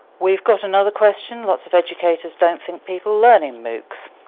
we've got another question, lot's of educators don't think people learn in moocs.